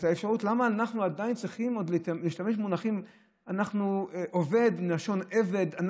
למה אנחנו עדיין צריכים להשתמש במונחים של עובד מלשון עבד?